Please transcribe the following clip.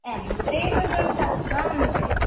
ఎం three కొంచెం టఫ్గా ఉంది